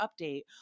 update